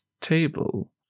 table